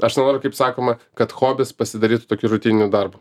aš nenoriu kaip sakoma kad hobis pasidarytų tokiu rutininiu darbu